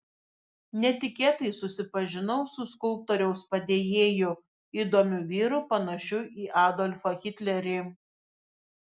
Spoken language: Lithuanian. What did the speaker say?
netikėtai susipažinau su skulptoriaus padėjėju įdomiu vyru panašiu į adolfą hitlerį